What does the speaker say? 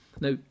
Now